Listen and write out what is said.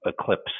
Eclipse